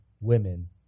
women